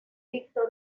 victor